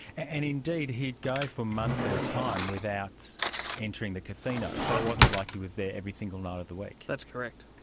and indeed he'd go for months at a time without entering the casino, so it wasn't like he was there every single night of the week. that's correct.